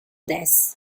this